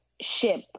ship